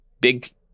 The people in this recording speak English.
big